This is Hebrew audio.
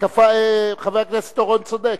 חבר הכנסת אורון צודק,